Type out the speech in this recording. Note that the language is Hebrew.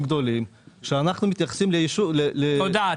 גדולים שאנחנו מתייחסים ליישוב --- תודה.